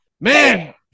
man